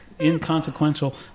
inconsequential